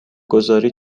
گذاری